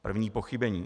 První pochybení.